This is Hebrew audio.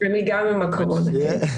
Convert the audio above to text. עם קורונה.